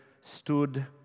stood